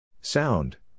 Sound